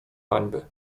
hańby